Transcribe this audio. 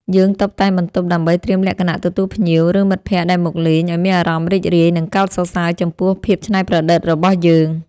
យើងតុបតែងបន្ទប់ដើម្បីត្រៀមលក្ខណៈទទួលភ្ញៀវ ឬមិត្តភក្តិដែលមកលេងឱ្យមានអារម្មណ៍រីករាយ និងកោតសរសើរចំពោះភាពច្នៃប្រឌិតរបស់យើង។